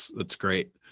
that's great.